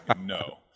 no